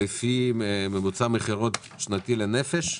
ממוצע מכירות שנתי לנפש,